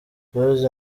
rose